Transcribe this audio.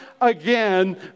again